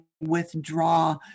withdraw